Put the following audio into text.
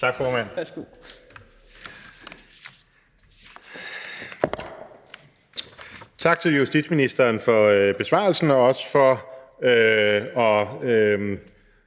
Tak, formand.